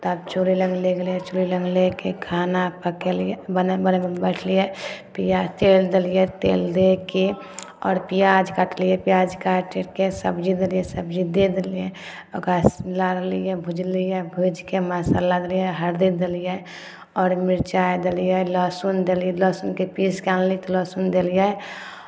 तब चूल्हि लग लए गेलियै चूल्हि लग लऽ कऽ खाना पकेलियै बने बनबै लए बैठलियै प्याज तेल देलियै तेल दऽ कऽ आओर प्याज कटलियै प्याज काटि करि कऽ सबजी देलियै सबजी दए देलियै ओकर बाद लारलियै भुजलियै भूजि कऽ मसाला देलियै हरदि देलियै आओर मिरचाइ देलियै लहसुन देलियै लहसुनकेँ पीस कऽ आनली तऽ लहसुन देलियै